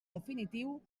definitiu